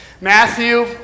Matthew